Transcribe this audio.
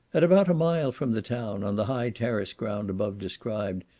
at about a mile from the town, on the high terrace ground above described,